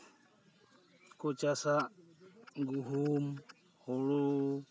ᱠᱚ ᱪᱟᱥᱟ ᱜᱩᱦᱩᱢ ᱦᱩᱲᱩ